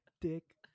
dick